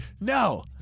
No